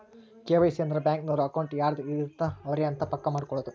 KYC ಅಂದ್ರ bank ನವರು account ಯಾರದ್ ಇರತ್ತ ಅವರೆ ಅಂತ ಪಕ್ಕ ಮಾಡ್ಕೊಳೋದು